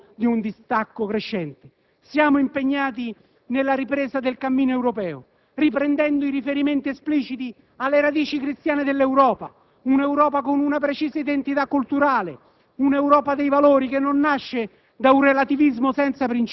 È auspicabile maggiore partecipazione e consenso in luogo di un distacco crescente. Siamo impegnati nella ripresa del cammino europeo, riprendendo i riferimenti espliciti alle radici cristiane dell'Europa, un'Europa con una precisa identità culturale,